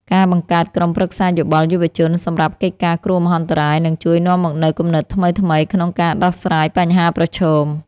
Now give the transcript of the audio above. ការបង្កើតក្រុមប្រឹក្សាយោបល់យុវជនសម្រាប់កិច្ចការគ្រោះមហន្តរាយនឹងជួយនាំមកនូវគំនិតថ្មីៗក្នុងការដោះស្រាយបញ្ហាប្រឈម។